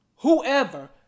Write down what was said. Whoever